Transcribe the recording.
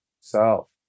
self